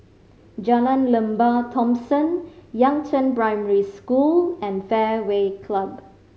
Jalan Lembah Thomson Yangzheng Primary School and Fairway Club